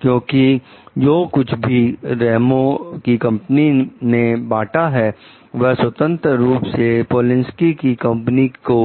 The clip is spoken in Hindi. क्योंकि जो कुछ भी रहमों की कंपनी में बांटा है वह स्वतंत्र रूप से पोलिंसकी की कंपनी को